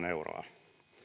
euroa